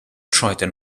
triton